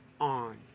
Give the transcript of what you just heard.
on